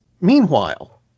meanwhile